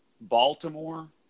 Baltimore